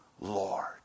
Lord